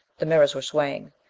the mirrors were swaying.